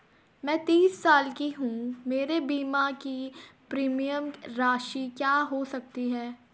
मैं तीस साल की हूँ मेरे बीमे की प्रीमियम राशि क्या हो सकती है?